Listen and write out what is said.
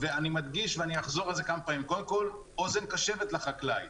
ואני מדגיש, קודם כל אוזן קשבת לחקלאי.